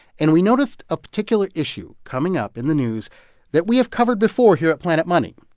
and we noticed a particular issue coming up in the news that we have covered before here at planet money.